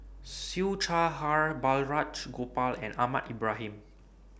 Siew Shaw Her Balraj Gopal and Ahmad Ibrahim